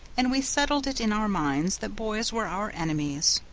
and we settled it in our minds that boys were our enemies.